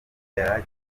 yari